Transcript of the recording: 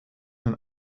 een